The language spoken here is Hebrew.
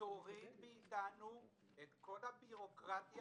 תוריד מאתנו את כל הבירוקרטיה